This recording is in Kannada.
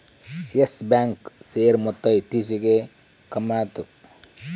ಯಸ್ ಬ್ಯಾಂಕ್ ಶೇರ್ ಮೊತ್ತ ಇತ್ತೀಚಿಗೆ ಕಮ್ಮ್ಯಾತು